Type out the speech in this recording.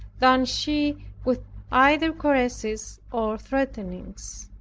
than she with either caresses or threatenings.